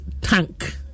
tank